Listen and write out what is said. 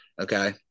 Okay